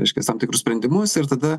reiškias tam tikrus sprendimus ir tada